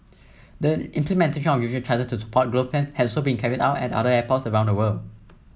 the implementation of user charge to support growth plans has also been carried out at other airports around the world